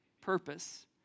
purpose